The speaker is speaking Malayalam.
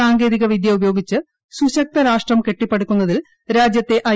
സാങ്കേതികവിദ്യ ഉപയോഗിച്ച് സുശക്ത രാഷ്ട്രം കെട്ടിപ്പെടുക്കുന്നതിൽ രാജ്യത്തെ ഐ